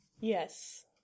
Yes